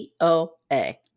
doa